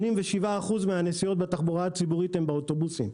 87% מן הנסיעות בתחבורה הציבורית הן באוטובוסים.